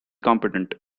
competent